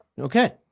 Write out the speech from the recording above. Okay